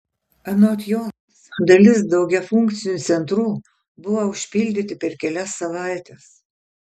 anot jos dalis daugiafunkcių centrų buvo užpildyti per kelias savaites